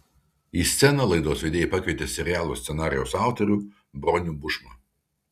į sceną laidos vedėjai pakvietė serialo scenarijaus autorių bronių bušmą